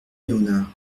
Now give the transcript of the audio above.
léonard